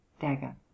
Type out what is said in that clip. dagger